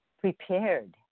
prepared